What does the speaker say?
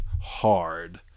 hard